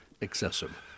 excessive